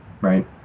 right